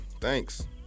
Thanks